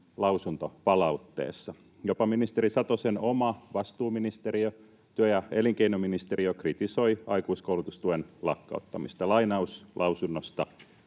lausuntopalautteessa. Jopa ministeri Satosen oma vastuuministeriö, työ- ja elinkeinoministeriö, kritisoi aikuiskoulutustuen lakkauttamista. Lainaus lausunnosta: